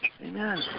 Amen